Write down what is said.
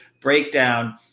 breakdown